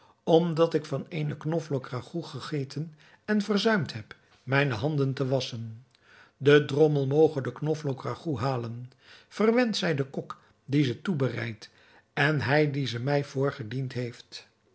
omdat ik van eene knoflook ragout gegeten en verzuimd heb mijne handen te wasschen de drommel moge de knoflook ragout halen verwenscht zij de kok die ze toebereid en hij die ze mij voorgediend heeft